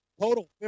total